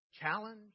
challenge